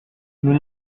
nous